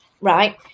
right